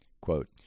Quote